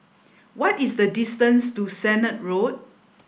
what is the distance to Sennett Road